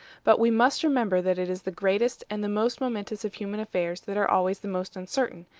but we must remember that it is the greatest and the most momentous of human affairs that are always the most uncertain,